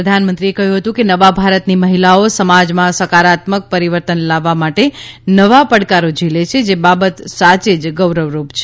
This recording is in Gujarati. પ્રધાનમંત્રીએ કહ્યું હતું કે નવા ભારતની મહિલાઓ સમાજમાં સકારાત્મક પરિવર્તન લાવવા માટે નવા પડકારો ઝીલે છે જે બાબત સાચે જ ગૌરવરૂપ છે